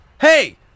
Hey